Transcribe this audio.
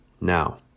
Now